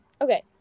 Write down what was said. Okay